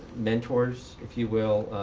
mentors, if you will.